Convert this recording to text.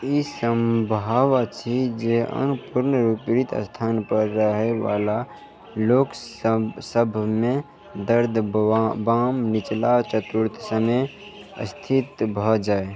ई सम्भव अछि जे अङ्ग पूर्ण विपरीत स्थान पर रहै वला लोक सभ सभमे दर्द बाम निचला चतुर्थांशमे स्थित भऽ जाय